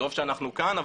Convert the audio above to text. שטוב שאנחנו כאן,